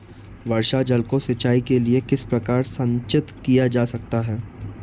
वर्षा जल को सिंचाई के लिए किस प्रकार संचित किया जा सकता है?